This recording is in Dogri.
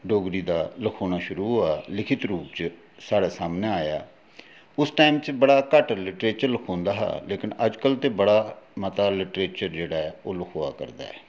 डोगरी दा लखोना शुरू होआ लिखित रूप च साढ़ै सामनै आया उस टाइम च बड़ा घट्ट लिट्रेचर लखोंदा हा लेकिन अज्ज कल ते बड़ा मता लिट्रेचर जेह्ड़ा ऐ ओह् लखोआ करदा ऐ